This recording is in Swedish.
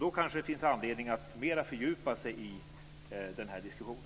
Då kanske det finns anledning att mer fördjupa sig i den här diskussionen.